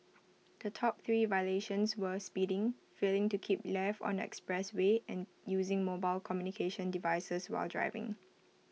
the top three violations were speeding failing to keep left on the expressway and using mobile communications devices while driving